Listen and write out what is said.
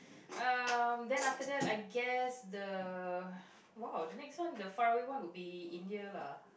um then after that I guess the !wow! the next one the faraway one would be India lah